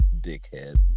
dickhead